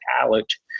college